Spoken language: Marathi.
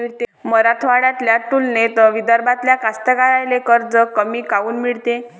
मराठवाड्याच्या तुलनेत विदर्भातल्या कास्तकाराइले कर्ज कमी काऊन मिळते?